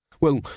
Well